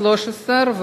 13,